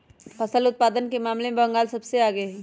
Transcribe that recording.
फसल उत्पादन के मामले में बंगाल सबसे आगे हई